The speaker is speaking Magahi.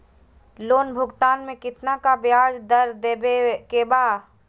लोन भुगतान में कितना का ब्याज दर देवें के बा?